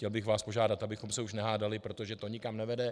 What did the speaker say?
Chtěl bych vás požádat, abychom se už nehádali, protože to nikam nevede.